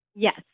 Yes